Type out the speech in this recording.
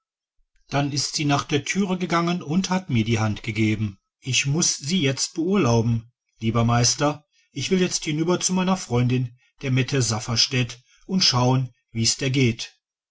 dann ist sie nach der türe gegangen und hat mir die hand gegeben ich muß sie jetzt beurlauben lieber meister ich will jetzt hinüber zu meiner freundin der mette safferstätt und schauen wie's der geht